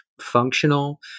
functional